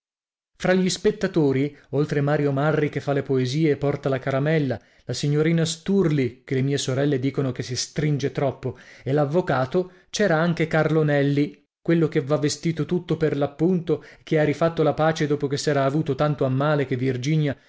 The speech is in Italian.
fra gli spettatori oltre mario marri che fa le poesie e porta la caramella la signorina sturli che le mie sorelle dicono che si stringe troppo e l'avvocato c'era anche carlo nelli quello che va vestito tutto per l'appunto e che ha rifatto la pace dopo che s'era avuto tanto a male che virginia